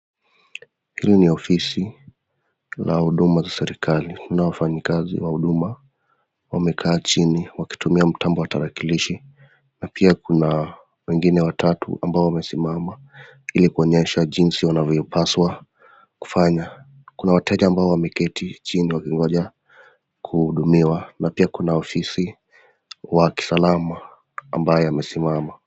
hili ni ofisi la huduma za serikali na wafanyikazi wa huduma wamekaa chini wakitumia mtambo wa tarakilishi, na pia kuna wengine watatu ambao wamesimama ili kuonyesha jinsi wanavyopaswa kufanya. Kuna wateja ambao wameketi chini wakingoja kuhudumiwa na pia kuna ofisi wa kisalama ambaye amesimama.